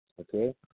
okay